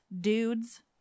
dudes